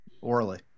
orally